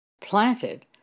planted